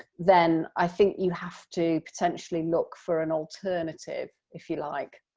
then i think you have to potentially look for an alternative, if you like,